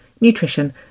nutrition